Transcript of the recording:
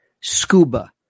scuba